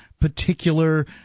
particular